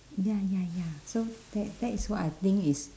ya ya ya so that that is what I think is